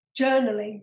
journaling